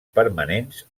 permanents